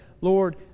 Lord